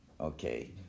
Okay